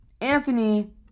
Anthony